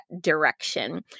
direction